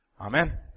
Amen